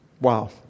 Wow